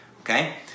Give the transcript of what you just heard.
okay